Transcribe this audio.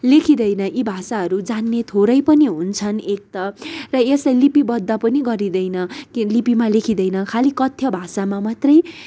लेखिँदैन यी भाषाहरू जान्ने थोरै पनि हुन्छन् एक त र यसलाई लिपिबद्ध पनि गरिँदैन लिपिमा लेखिँदैन खालि कथ्य भाषामा मात्रै